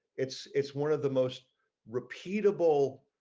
it's it's one of the most repeatable